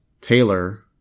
Taylor